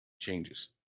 changes